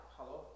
Hello